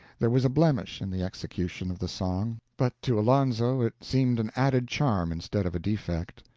there was a blemish in the execution of the song, but to alonzo it seemed an added charm instead of a defect.